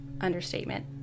understatement